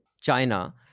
China